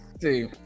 see